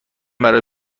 برای